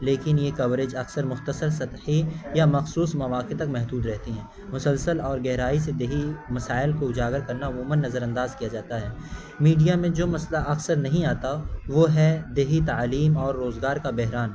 لیکن یہ کوریج اکثر مختصر سطحی یا مخصوص مواقع تک محدود رہتی ہیں مسلسل اور گہرائی سے دیہی مسائل کو اجاگر کرنا عموماً نظر انداز کیا جاتا ہے میڈیا میں جو مسئلہ اکثر نہیں آتا وہ ہے دیہی تعلیم اور روزگار کا بحران